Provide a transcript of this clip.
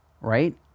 Right